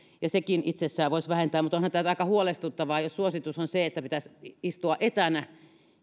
sekin itsessään voisi vähentää mutta onhan tämä nyt aika huolestuttavaa jos suositus on se että pitäisi istua etänä